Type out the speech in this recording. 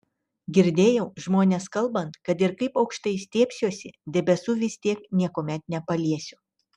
girdėjau žmones kalbant kad ir kaip aukštai stiebsiuosi debesų vis tiek niekuomet nepaliesiu